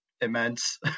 immense